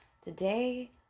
Today